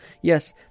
Yes